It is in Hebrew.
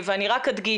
אני אדגיש,